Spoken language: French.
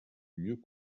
mieux